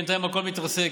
בינתיים הכול מתרסק.